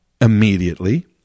immediately